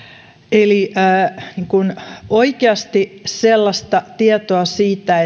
eli oikeasti sellaista tietoa siitä